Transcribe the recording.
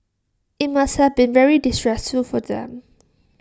IT must have been very distressful for them